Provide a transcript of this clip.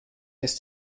ist